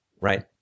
Right